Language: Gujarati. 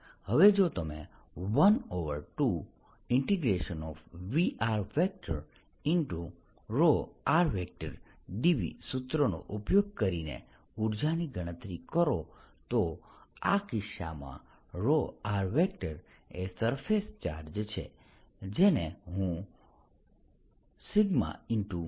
હવે જો તમે 12VrrdVસૂત્રનો ઉપયોગ કરીને ઉર્જાની ગણતરી કરો તો આ કિસ્સામાં r એ સરફેસ ચાર્જ છે જેને હું σ